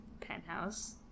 penthouse